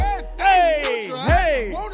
Hey